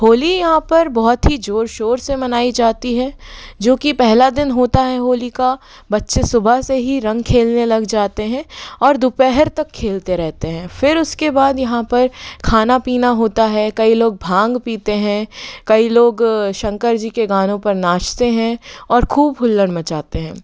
होली यहाँ पर बहुत ही ज़ोर शोर से मनाई जाती है जो कि पहला दिन होता है होली का बच्चे सुबह से ही रंग खेलने लग जाते हैं और दोपहर तक खेलते रहते हैं फिर उसके बाद यहाँ पर खाना पीना होता है कई लोग भांग पीते हैं कई लोग शंकर जी के गानों पर नाचते हैं और ख़ूब हुल्लड़ मचाते हैं